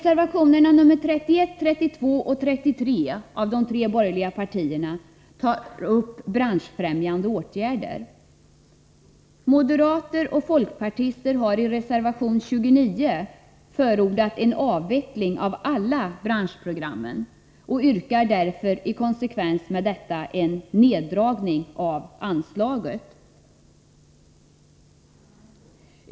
Reservationerna nr 31, 32 och 33 av de tre borgerliga partierna tar upp branschfrämjande åtgärder. Moderater och folkpartister har i reservation 29 förordat en avveckling av alla branschprogram och yrkar i konsekvens härmed på en neddragning av anslaget.